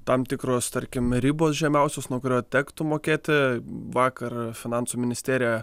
tam tikros tarkim ribos žemiausios nuo kurio tektų mokėti vakar finansų ministerija